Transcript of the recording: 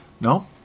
No